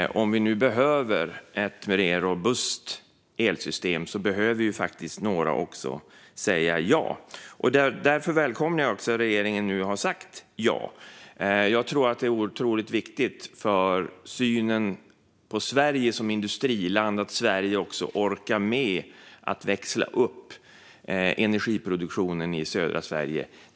Om vi nu behöver ett mer robust elsystem så behöver också några säga ja. Därför välkomnar jag att regeringen nu har sagt ja. Det är otroligt viktigt för synen på Sverige som industriland att Sverige orkar med att växla upp energiproduktionen i södra Sverige.